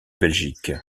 belgique